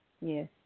yes